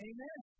Amen